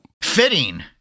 Fitting